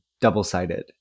double-sided